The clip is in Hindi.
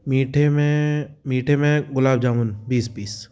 मीठे में मीठे में गुलाब जामुन बीस पीस